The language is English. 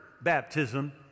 baptism